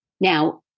Now